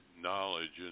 knowledge